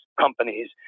companies